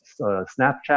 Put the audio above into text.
Snapchat